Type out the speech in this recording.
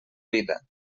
vida